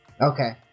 okay